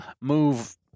move